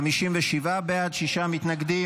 תודה.